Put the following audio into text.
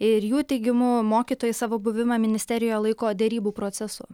ir jų teigimu mokytojai savo buvimą ministerijoje laiko derybų procesu